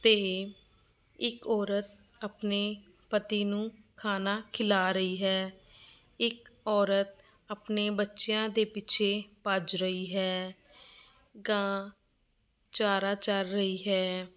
ਅਤੇ ਇੱਕ ਔਰਤ ਆਪਣੇ ਪਤੀ ਨੂੰ ਖਾਣਾ ਖਿਲਾ ਰਹੀ ਹੈ ਇੱਕ ਔਰਤ ਆਪਣੇ ਬੱਚਿਆਂ ਦੇ ਪਿੱਛੇ ਭੱਜ ਰਹੀ ਹੈ ਗਾਂ ਚਾਰਾ ਚਰ ਰਹੀ ਹੈ